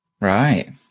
Right